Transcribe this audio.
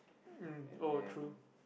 mm oh true